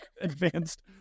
advanced